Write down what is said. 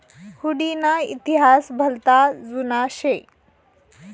हुडी ना इतिहास भलता जुना शे